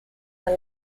are